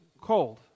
cold